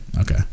Okay